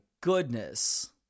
goodness